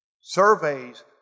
surveys